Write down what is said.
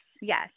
Yes